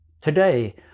Today